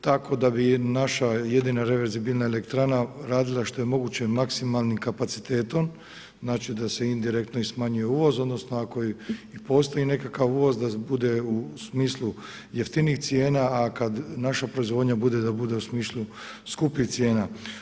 Tako da bi naša jedina reverzibilna elektrana radila što je moguće maksimalnim kapacitetom da se indirektno smanjuje uvoz odnosno ako i postoji nekakav uvoz da bude u smislu jeftinijih cijena, a kada naša proizvodnja bude da bude u smislu skupih cijena.